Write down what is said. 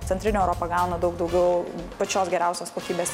centrinė europa gauna daug daugiau pačios geriausios kokybės